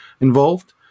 involved